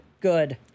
Good